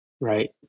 right